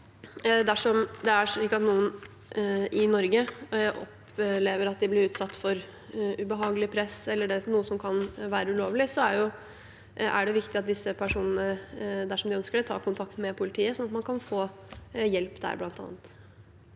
at noen i Norge opplever at de blir utsatt for ubehagelig press eller noe som kan være ulovlig, er det viktig at disse personene, dersom de ønsker det, tar kontakt med politiet slik at de kan få hjelp. Ola